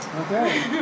Okay